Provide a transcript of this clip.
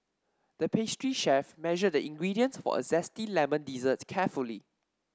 the pastry chef measured the ingredients for a zesty lemon dessert carefully